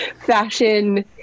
fashion